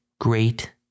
great